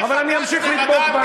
אבל אמשיך לדבוק בהן.